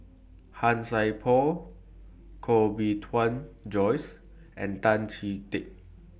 Han Sai Por Koh Bee Tuan Joyce and Tan Chee Teck